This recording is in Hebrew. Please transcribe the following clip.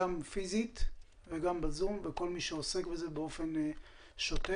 גם פיזית וגם ב-זום ותודה רבה לכל מי שעוסק בזה באופן שוטף.